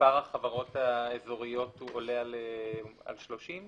מספר החברות האזוריות הוא עולה 30?